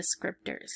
descriptors